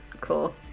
Cool